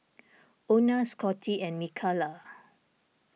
Ona Scottie and Mikalah